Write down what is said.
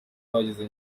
tugeze